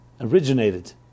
originated